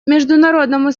международному